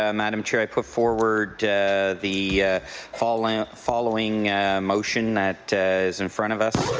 um madam chair. i put forward the following ah following motion that is in front of us